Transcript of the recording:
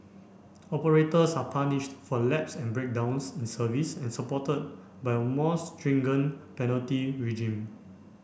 operators are punished for lapses and breakdowns in service and supported by a more penalty regime